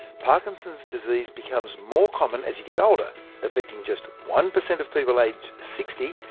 parkinson's disease becomes more common as you get older affecting just one percent of people aged sixty,